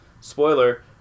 spoiler